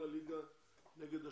מנכ"לית הקרן נגד השמצה.